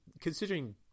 considering